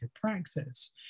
practice